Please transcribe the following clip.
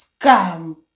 Scam